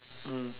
mm